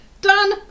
Done